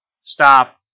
stop